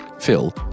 Phil